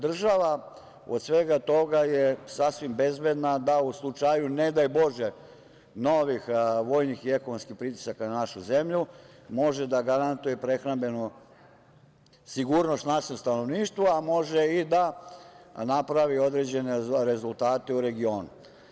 Država od svega toga je sasvim bezbedna da u slučaju, ne daj Bože, novih vojnih i ekonomskih pritisaka na našu zemlju, može da garantuje prehrambenu sigurnost našeg stanovništva, a može i da napravi određene rezultate u regionu.